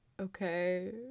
okay